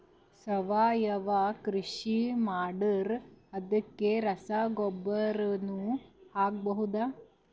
ಸಾವಯವ ಕೃಷಿ ಮಾಡದ್ರ ಅದಕ್ಕೆ ರಸಗೊಬ್ಬರನು ಹಾಕಬಹುದಾ?